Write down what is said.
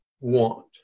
want